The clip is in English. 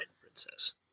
Princess